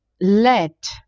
let